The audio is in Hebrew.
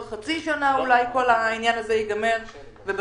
חצי שנה כל העניין הזה יסתיים ובסוף,